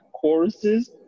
choruses